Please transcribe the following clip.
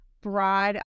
broad